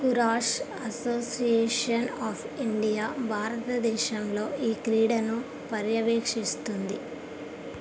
kurash association of India భారతదేశంలో ఈ క్రీడను పర్యవేక్షిస్తుంది